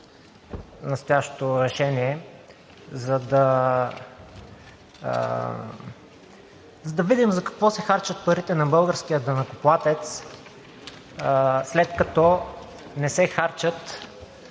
настоящото решение, за да видим за какво се харчат парите на българския данъкоплатец, след като не се харчат